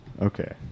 okay